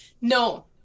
No